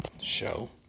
show